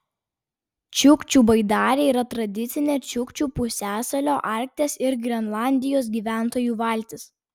čiukčių baidarė yra tradicinė čiukčių pusiasalio arkties ir grenlandijos gyventojų valtis